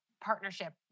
partnership